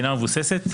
כנה ומבוססת,